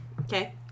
Okay